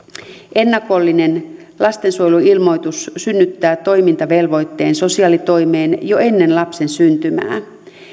ennakollinen lastensuojeluilmoitus synnyttää toimintavelvoitteen sosiaalitoimeen jo ennen lapsen syntymää